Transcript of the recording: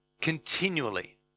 continually